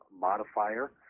modifier